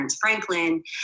Franklin